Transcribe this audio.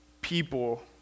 people